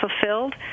fulfilled